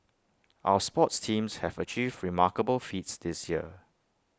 our sports teams have achieved remarkable feats this year